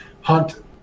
Hunt